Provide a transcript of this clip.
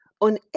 on